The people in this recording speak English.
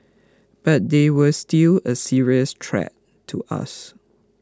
but they were still a serious threat to us